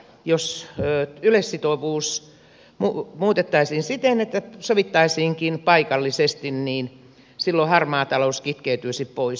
jos yleissitovuus muutettaisiin siten että sovittaisiinkin paikallisesti niin silloin harmaa talous kitkeytyisi pois